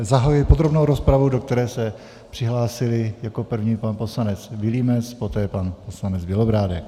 Zahajuji podrobnou rozpravu, do které se přihlásili jako první pan poslanec Vilímec, poté pan poslanec Bělobrádek.